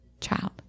child